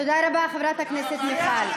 תודה רבה, חברת הכנסת מיכל.